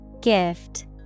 Gift